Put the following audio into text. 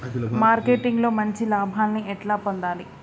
Marketing లో మంచి లాభాల్ని ఎట్లా పొందాలి?